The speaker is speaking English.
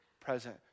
present